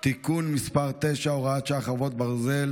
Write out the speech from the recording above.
(תיקון מס' 9, הוראת שעה, חרבות ברזל),